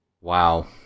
Wow